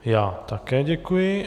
Já také děkuji.